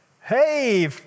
Hey